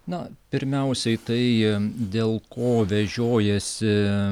na pirmiausiai tai dėl ko vežiojasi